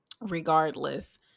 regardless